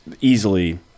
easily